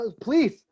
please